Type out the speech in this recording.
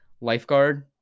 lifeguard